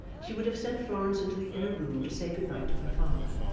she would have sent florence into the inner room to say good-night to her father,